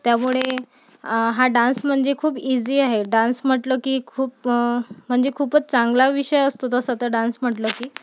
त्यामुळे हा डान्स म्हणजे खूप ईझी आहे डान्स म्हटलं की खूप म्हणजे खूपच चांगला विषय असतो तसा तर डान्स म्हटलं की